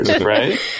right